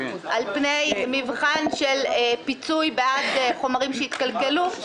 על פני מבחן של פיצויים בעד חומרים שהתקלקלו?